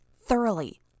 Thoroughly